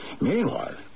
Meanwhile